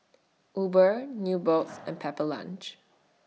Uber Nubox and Pepper Lunch